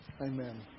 Amen